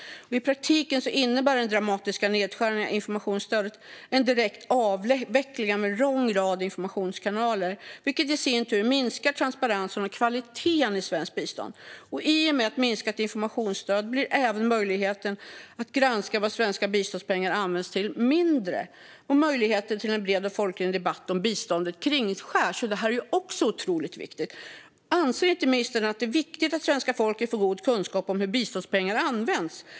I praktiken innebär den dramatiska nedskärningen av informationsstödet en direkt avveckling av en lång rad informationskanaler, vilket i sin tur minskar transparensen och kvaliteten i svenskt bistånd. I och med ett minskat informationsstöd blir även möjligheten mindre att granska vad svenska biståndspengar används till, och möjligheten till en bred och folklig debatt om biståndet kringskärs. Det här är också otroligt viktigt. Anser inte ministern att det är viktigt att svenska folket får god kunskap om hur biståndspengar används?